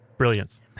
Brilliance